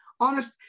honest